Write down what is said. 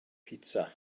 pitsa